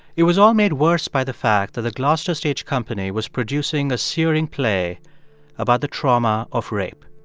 it was all made worse by the fact that the gloucester stage company was producing a searing play about the trauma of rape.